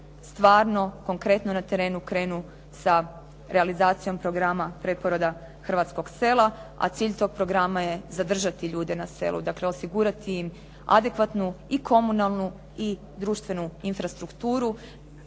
stvarno, konkretno na terenu krenu sa realizacijom programa preporoda hrvatskog sela, a cilj tog programa je zadržati ljude na selu, dakle osigurati im adekvatnu i komunalnu i društvenu infrastrukturu.